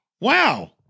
Wow